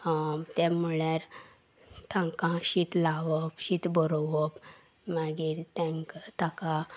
तें म्हणल्यार तांकां शीत लावप शीत भरोवप मागीर तांकां ताका